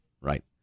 Right